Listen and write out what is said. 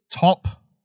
top